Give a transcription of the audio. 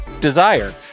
Desire